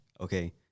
okay